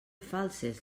falses